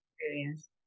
experience